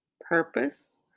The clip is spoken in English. purpose